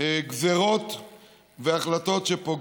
גזרות והחלטות שפוגעות.